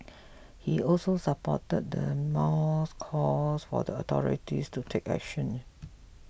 he also supported the mall's calls for the authorities to take action